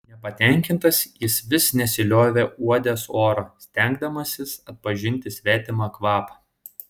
nepatenkintas jis vis nesiliovė uodęs orą stengdamasis atpažinti svetimą kvapą